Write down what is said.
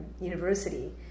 university